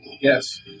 Yes